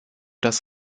das